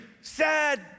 sad